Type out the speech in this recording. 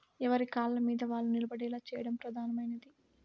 ఎవరి కాళ్ళమీద వాళ్ళు నిలబడేలా చేయడం ప్రధానమైనది